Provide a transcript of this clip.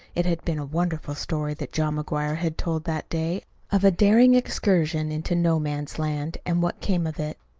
it had been a wonderful story that john mcguire had told that day of a daring excursion into no man's land, and what came of it.